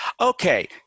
Okay